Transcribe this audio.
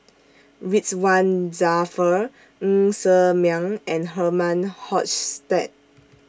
Ridzwan Dzafir Ng Ser Miang and Herman Hochstadt